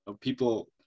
people